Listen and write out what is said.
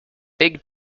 big